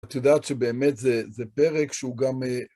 את יודעת שבאמת זה זה פרק שהוא גם...